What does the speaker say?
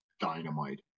dynamite